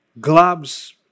Gloves